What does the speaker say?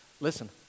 Listen